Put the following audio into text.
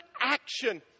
action